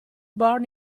born